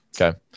okay